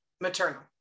maternal